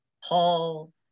hall